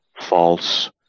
false